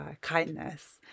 kindness